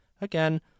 again